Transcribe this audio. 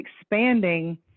expanding